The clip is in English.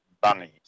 Bunnies